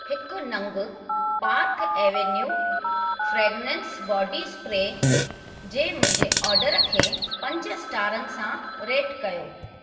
हिकु नंग Park Avenue fragrance body spray जे मुंहिंजे ऑर्डर खे पंज स्टारनि सां रेट कयो